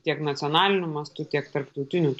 tiek nacionaliniu mastu tiek tarptautinių